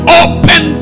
open